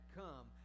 come